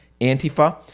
antifa